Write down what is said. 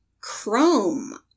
Chrome